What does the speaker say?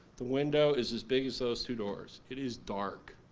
the window is as big as those two doors. it is dark.